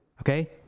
okay